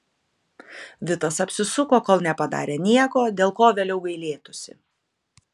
vitas apsisuko kol nepadarė nieko dėl ko vėliau gailėtųsi